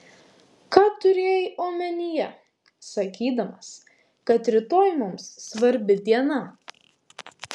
ką turėjai omenyje sakydamas kad rytoj mums svarbi diena